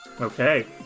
Okay